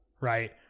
right